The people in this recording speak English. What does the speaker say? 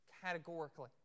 categorically